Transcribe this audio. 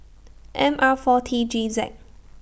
M R four T G Z